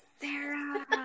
Sarah